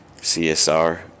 CSR